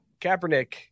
Kaepernick